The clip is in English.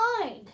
mind